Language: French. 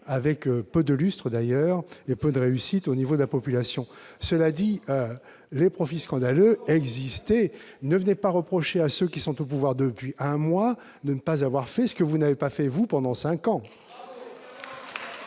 avec peu de lustre et peu de réussite au niveau de la population. Les profits scandaleux existaient déjà. Ne venez pas reprocher à ceux qui sont au pouvoir depuis un mois de ne pas avoir fait ce que vous n'avez pas fait durant cinq ans